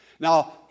Now